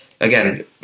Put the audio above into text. again